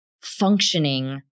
functioning